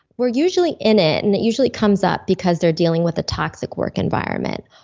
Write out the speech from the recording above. we're usually in it and it usually comes up because they're dealing with a toxic work environment,